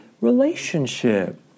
relationship